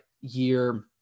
year